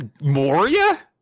moria